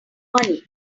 money